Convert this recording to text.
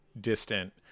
distant